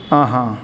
ಹಾಂ ಹಾಂ